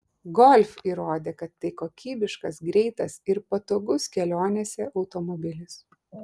golf įrodė kad tai kokybiškas greitas ir patogus kelionėse automobilis